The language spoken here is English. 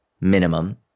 Minimum